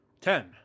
Ten